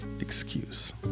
excuse